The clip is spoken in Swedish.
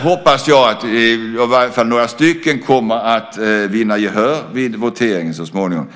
hoppas att åtminstone några av dessa kommer att vinna gehör vid voteringen så småningom.